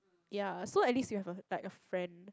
ya so at least you have a like a friend